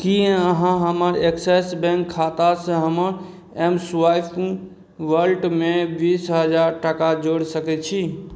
की अहाँ हमर Axis bank खातासँ हमर एमस्वाइप वॉलेटमे बीस हजार टाका जोड़ि सकय छी